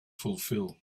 fulfill